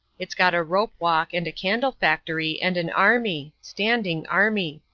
it's got a rope-walk and a candle-factory and an army. standing army.